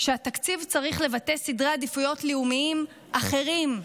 שהתקציב צריך לבטא סדרי עדיפויות לאומיים אחרים,